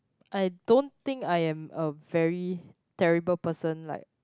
I don't think I am a very terrible person like